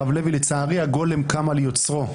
הרב לוי, לצערי, הגולם קם על יוצרו.